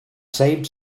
saved